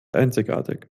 einzigartig